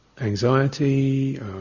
anxiety